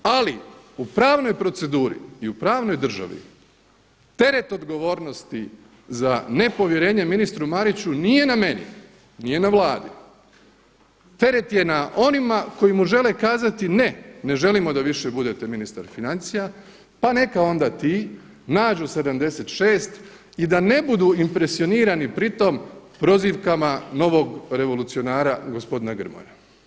Ali u pravnoj proceduri i u pravnoj državi teret odgovornosti za nepovjerenje ministru Mariću nije na meni, nije na Vladi, teret je na onima koji mu žele kazati ne, ne želimo da više budete ministar financija pa neka onda ti nađu 76 i da ne budu impresionirani pri tome prozivkama novog revolucionara gospodina Grmoje.